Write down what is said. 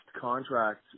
contract